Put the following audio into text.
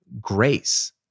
grace